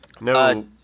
no